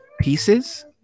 pieces